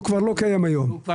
הוא כבר לא קיים כיום.